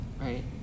right